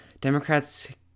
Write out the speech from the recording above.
Democrats